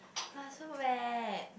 it was so bad